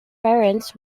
parents